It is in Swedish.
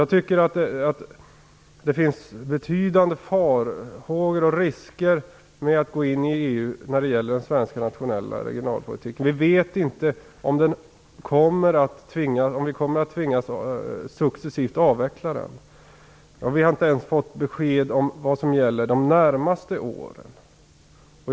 Jag tycker därför att ett medlemskap i EU är förenat med betydande risker för vår nationella regionalpolitik. Vi vet inte om vi kommer att tvingas att successivt avveckla den. Vi har inte ens fått besked om vad som gäller för de närmaste åren.